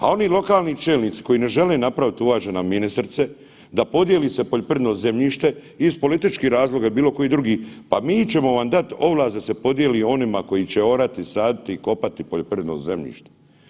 A oni lokalni čelnici, koji ne žele napraviti, uvažena ministrice, da podijeli se poljoprivredno zemljište iz političkih razloga ili bilo kojih drugih, pa mi ćemo vam dati ovlast da se podijeli onima koji orati, saditi i kopati poljoprivredno zemljište.